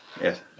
Yes